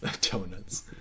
Donuts